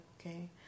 okay